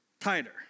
Tighter